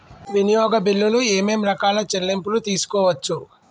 వినియోగ బిల్లులు ఏమేం రకాల చెల్లింపులు తీసుకోవచ్చు?